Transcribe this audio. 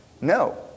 No